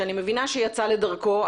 שאני מבינה שיצא לדרכו,